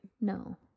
no